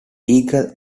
eagle